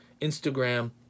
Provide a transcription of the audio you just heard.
Instagram